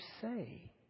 say